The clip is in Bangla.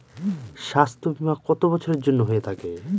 স্বাস্থ্যবীমা কত বছরের জন্য হয়ে থাকে?